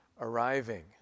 arriving